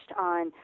on